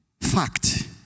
Fact